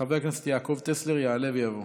חבר הכנסת יעקב טסלר, יעלה ויבוא.